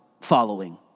following